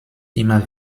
immer